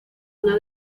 una